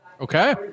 Okay